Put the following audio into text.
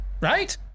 right